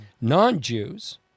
Non-Jews